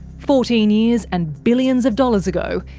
fourteen years and billions of dollars ago,